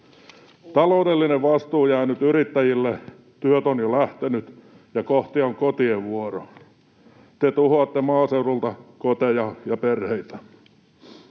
Taloudellinen vastuu jää nyt yrittäjille. Työt ovat jo lähteneet, ja kohta on kotien vuoro. Te tuhoatte maaseudulta koteja ja perheitä.